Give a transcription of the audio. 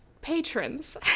Patrons